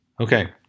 Okay